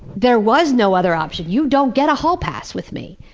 there was no other option. you don't get a hall pass with me.